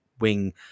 wing